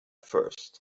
first